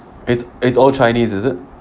it's it's all chinese is it